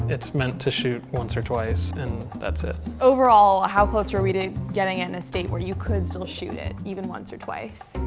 it's meant to shoot once or twice and that's it. overall, how close were we to getting it in a state where you could still shoot it, even once or twice?